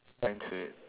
ends with